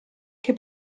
che